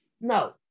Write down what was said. No